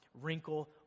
wrinkle